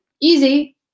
easy